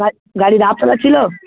গাড়ি গাড়ি রাস্তাতে ছিলো